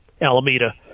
Alameda